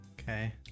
Okay